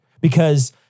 because-